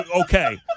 Okay